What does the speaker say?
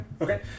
okay